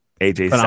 AJ